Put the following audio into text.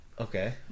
Okay